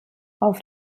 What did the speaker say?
auf